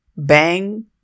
Bang